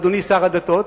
אדוני שר הדתות,